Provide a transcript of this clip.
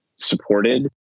supported